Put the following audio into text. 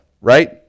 right